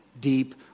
deep